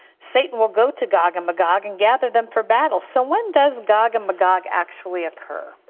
satan will go to gog and magog and gather them for battle. so when does gog and magog actually occur?